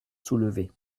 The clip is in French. soulevés